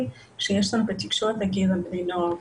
שיש לנו בתקשורת מגיעות לבני הנוער.